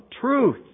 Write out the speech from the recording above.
truth